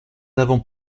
n’avons